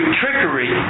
trickery